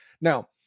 Now